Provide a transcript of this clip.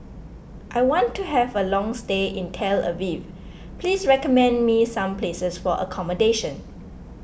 I want to have a long stay in Tel Aviv please recommend me some places for accommodation